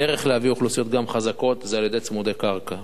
הדרך להביא אוכלוסיות גם חזקות היא על-ידי צמודי קרקע,